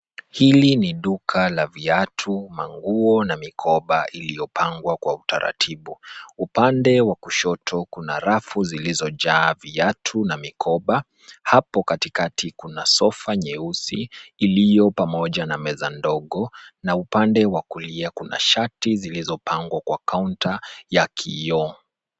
Hili ni duka la viatu, manguo na mikoba iliyopangwa kwa utaratibu. Upande wa kushoto kuna rafu zilizojaa viatu na mikoba. Hapo katikati kuna sofa nyeusi iliyo pamoja na meza ndogo na upande wa kulia kuna shati zilizopangwa kwa kaunta ya kioo.